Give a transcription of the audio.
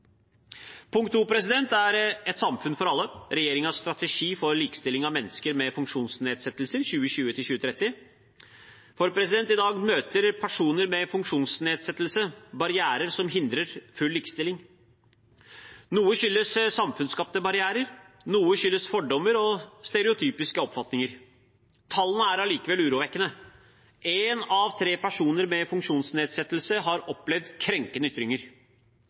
er et samfunn for alle, regjeringens strategi for likestilling av mennesker med funksjonsnedsettelse, 2020–2030. I dag møter personer med funksjonsnedsettelse barrierer som hindrer full likestilling. Noe skyldes samfunnsskapte barrierer, noe skyldes fordommer og stereotypiske oppfatninger. Tallene er allikevel urovekkende: En av tre personer med funksjonsnedsettelse har opplevd krenkende ytringer.